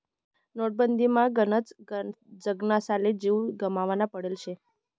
नोटबंदीमा गनच जनसले जीव गमावना पडेल शे